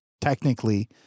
technically